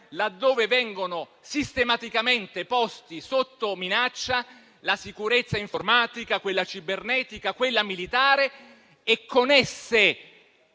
laddove vengono sistematicamente posti sotto minaccia la sicurezza informatica, quella cibernetica, quella militare e, con esse,